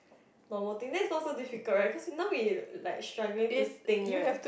normal things then is not so difficult right cause we now we like struggling to think right